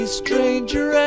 stranger